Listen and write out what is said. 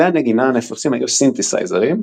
כלי הנגינה הנפוצים היו סינטיסייזרים,